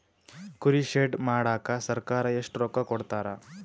ಕುರಿ ಶೆಡ್ ಮಾಡಕ ಸರ್ಕಾರ ಎಷ್ಟು ರೊಕ್ಕ ಕೊಡ್ತಾರ?